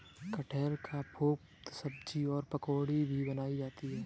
कटहल का कोफ्ता सब्जी और पकौड़ी भी बनाई जाती है